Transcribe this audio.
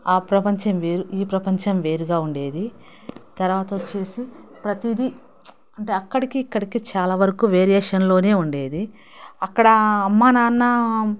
ఆ ప్రపంచం వేరు ఈ ప్రపంచం వేరుగా ఉండేది తర్వాత వచ్చేసి ప్రతిదీ అంటే అక్కడికి ఇక్కడికి చాలావరకు వేరియేషన్లోనే ఉండేది అక్కడ అమ్మా నాన్న